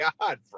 god